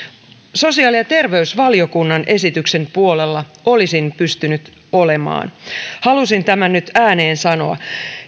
sosiaali ja terveysvaliokunnan esityksen puolella olisin pystynyt olemaan halusin tämän nyt ääneen sanoa